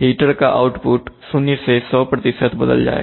heater का output 0 से 100 बदल जाएगा